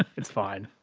it's fine.